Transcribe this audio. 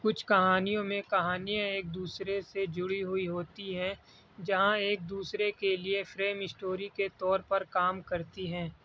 کچھ کہانیوں میں کہانیاں ایک دوسرے سے جڑی ہوئی ہوتی ہیں جہاں ایک دوسرے کے لیے فریم اسٹوری کے طور پر کام کرتی ہیں